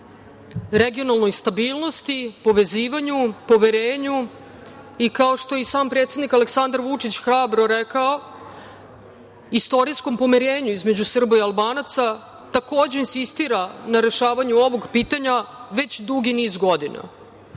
regionalnoj stabilnosti, povezivanju, poverenju i, kao što je i sam predsednik Republika Aleksandar Vučić hrabro rekao, istorijskom pomirenju između Srba i Albanaca, takođe insistira na rešavanju ovog pitanja već dugi niz godina. Bez